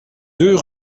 deux